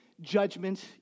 judgment